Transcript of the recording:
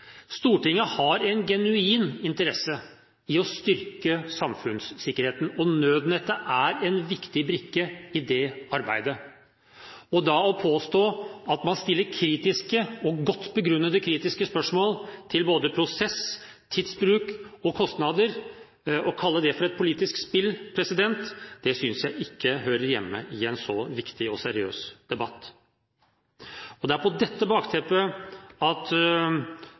Stortinget har en genuin interesse av å styrke samfunnssikkerheten, og nødnettet er en viktig brikke i det arbeidet. Å kalle det for et politisk spill at man stiller kritiske og godt begrunnede spørsmål til både prosess, tidsbruk og kostnader, synes jeg ikke hører hjemme i en så viktig og seriøs debatt. Det er med dette bakteppet